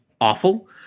awful